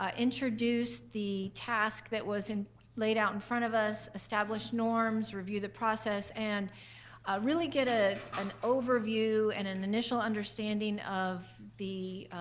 um introduce the task that was laid out in front of us, establish norms, review the process, and really get ah an overview and an initial understanding of the